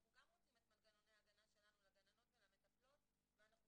אנחנו רוצים במנגנוני הגנה למטפלות ולגננות ואנחנו